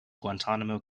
guantanamo